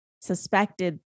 suspected